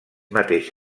mateix